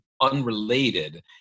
Unrelated